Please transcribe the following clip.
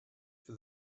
for